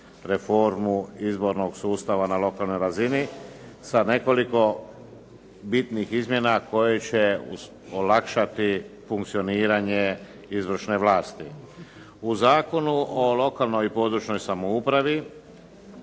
reformu izbornog sustava na lokalnoj razini sa nekoliko bitnih izmjena koje će olakšati funkcioniranje izvršne vlasti. U Zakonu o lokalnoj i područnoj samoupravi